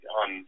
on